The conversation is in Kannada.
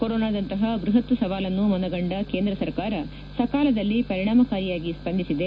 ಕೊರೋನಾದಂತಹ ಬ್ಬಹತ್ ಸವಾಲನ್ನು ಮನಗಂಡ ಕೇಂದ್ರ ಸರ್ಕಾರ ಸಕಾಲದಲ್ಲಿ ಪರಿಣಾಮಕಾರಿಯಾಗಿ ಸ್ಪಂದಿಸಿದೆ